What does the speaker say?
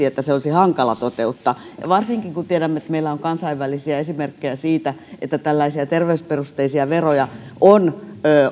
että se olisi hankala toteuttaa ja varsinkin kun tiedämme että meillä on kansainvälisiä esimerkkejä siitä että tällaisia terveysperusteisia veroja on